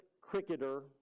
cricketer